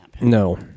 no